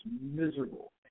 miserable